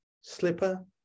slipper